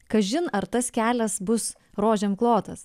kažin ar tas kelias bus rožėm klotas